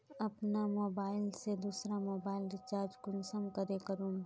अपना मोबाईल से दुसरा मोबाईल रिचार्ज कुंसम करे करूम?